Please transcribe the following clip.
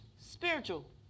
spiritual